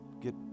Get